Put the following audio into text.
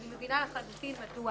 אני מבינה לחלוטין מדוע